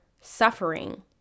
suffering